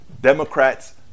democrats